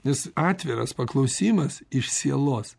nes atviras paklausimas iš sielos